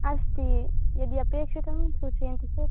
अस्ति यदि अपेक्षितं सूचयन्ति चेत्